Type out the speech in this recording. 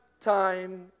time